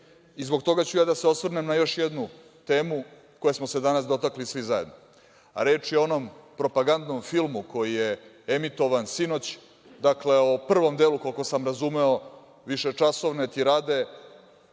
toga ću ja da se osvrnem na još jednu temu koje smo se danas dotakli svi zajedno, a reč je o onom propagandnom filmu, koji je emitovan sinoć, o prvom delu, koliko sam razumeo, višečasovne tirade